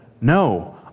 no